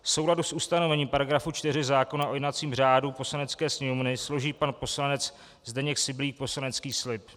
V souladu s ustanovením § 4 zákona o jednacím řádu Poslanecké sněmovny složí pan poslanec Zdeněk Syblík poslanecký slib.